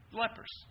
lepers